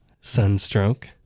Sunstroke